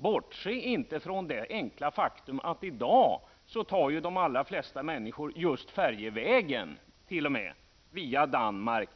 Bortse inte från det enkla faktum att de allra flesta människor redan i dag väljer just färjevägen via Danmark